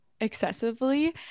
excessively